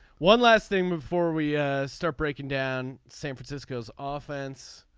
one last thing before we start breaking down san francisco's offense